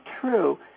true